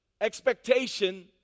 expectation